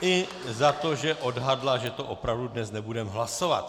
I za to, že odhadla, že to opravdu dnes nebudeme hlasovat.